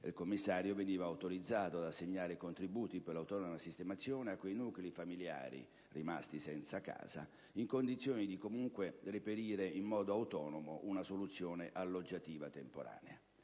il commissario veniva autorizzato ad assegnare contributi per l'autonoma sistemazione a quei nuclei familiari, rimasti senza casa, in condizioni di reperire comunque in modo autonomo una soluzione alloggiativa temporanea.